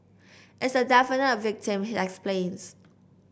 it's a definite victim he explains